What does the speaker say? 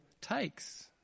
takes